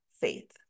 faith